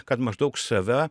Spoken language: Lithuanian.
kad maždaug save